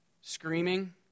screaming